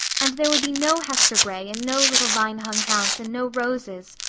and there would be no hester gray and no little vine-hung house, and no roses.